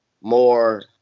more